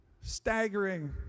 staggering